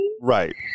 Right